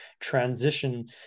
transition